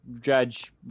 Judge